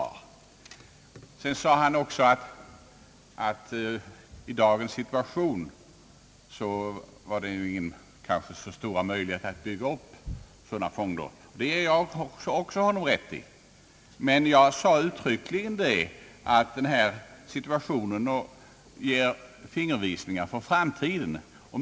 Herr John Ericsson nämnde vidare att det i dagens situation inte finns så stora möjligheter att bygga upp sådana fonder. Det ger jag honom också rätt i, men jag sade uttryckligen att denna situation ger en fingervisning för framtiden.